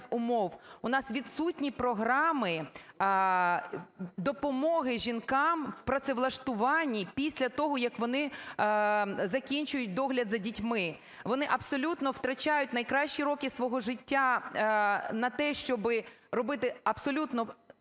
У нас відсутні програми допомоги жінкам в працевлаштуванні після того, як вони закінчують догляд за дітьми. Вони абсолютно втрачають найкращі роки свого життя на те, щоби робити абсолютно